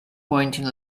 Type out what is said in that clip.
pointing